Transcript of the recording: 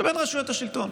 זה בין רשויות השלטון.